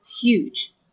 huge